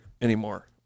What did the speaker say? anymore